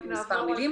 הטכנולוגיה.